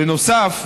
בנוסף,